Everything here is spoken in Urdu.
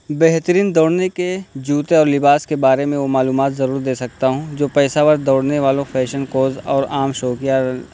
بہترین دوڑنے کے جوتے اور لباس کے بارے میں وہ معلومات ضرور دے سکتا ہوں جو پیشہ ور دوڑنے والوں فیشن کوز اور عام شوقیہ